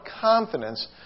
confidence